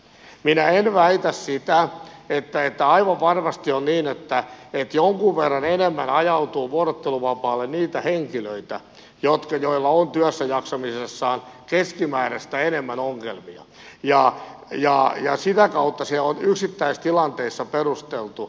minä en epäile sitä että aivan varmasti on niin että jonkun verran enemmän ajautuu vuorotteluvapaalle niitä henkilöitä joilla on työssäjaksamisessaan keskimääräistä enemmän ongelmia ja sitä kautta se on yksittäistilanteissa perusteltu